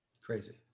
Crazy